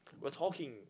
we're talking